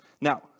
Now